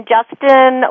Justin